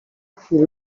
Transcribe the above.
chwili